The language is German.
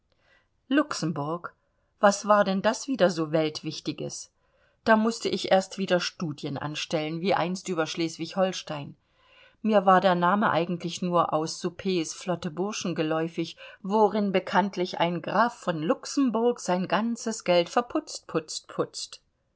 luxemburg was war denn das wieder so weltwichtiges da mußte ich erst wieder studien anstellen wie einst über schleswig holstein mir war der name eigentlich nur aus supps flotte burschen geläufig worin bekanntlich ein graf von luxemburg sein ganzes geld verputzt putzt putzt